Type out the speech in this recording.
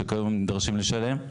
שכיום נדרשים לשלם.